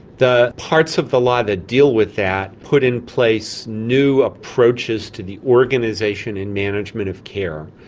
the parts of the law that deal with that put in place new approaches to the organisation and management of care,